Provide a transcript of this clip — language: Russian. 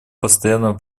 постоянного